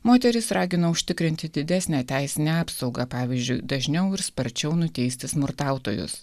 moterys ragino užtikrinti didesnę teisinę apsaugą pavyzdžiui dažniau ir sparčiau nuteisti smurtautojus